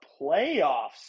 playoffs